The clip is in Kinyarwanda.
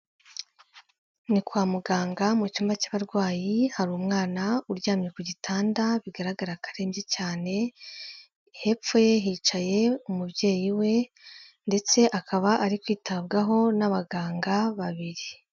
Ni kwa muganga mu cyumba cy'abarwayi, hari umwana uryamye ku gitanda bigaragara akarembye cyane, hepfo ye hicaye umubyeyi we ndetse akaba ari kwitabwaho n'abaganga babiri.